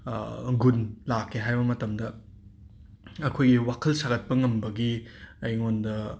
ꯒꯨꯟ ꯂꯥꯛꯀꯦ ꯍꯥꯏꯕ ꯃꯇꯝꯗ ꯑꯩꯈꯣꯏꯒꯤ ꯋꯥꯈꯜ ꯁꯥꯒꯠꯄ ꯉꯝꯕꯒꯤ ꯑꯩꯉꯣꯟꯗ